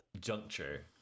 Juncture